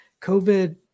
COVID